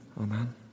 Amen